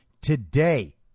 Today